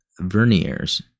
Verniers